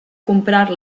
comprar